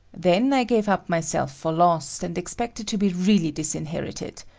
then i gave up myself for lost, and expected to be really disinherited.